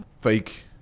fake